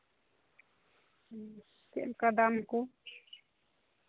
ᱪᱮᱫ ᱞᱮᱠᱟ ᱫᱟᱢ ᱠᱚ